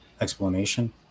explanation